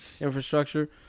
infrastructure